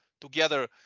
together